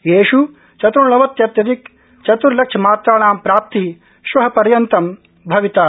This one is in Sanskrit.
येष् चतुर्णवत्यधिक चतुर्लक्ष मात्राणा प्राप्ति श्व पर्यन्त भविता